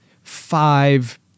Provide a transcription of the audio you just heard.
five